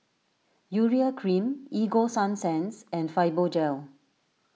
Urea Cream Ego Sunsense and Fibogel